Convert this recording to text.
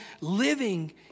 living